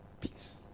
Peace